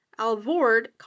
Alvord